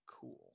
cool